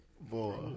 Boy